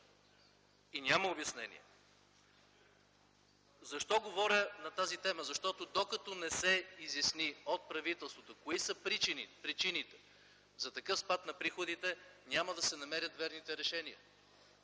и няма обяснение. Защо говоря на тази тема? Защото, докато не се изясни от правителството кои са причините за такъв спад на приходите, няма да се намерят верните решения.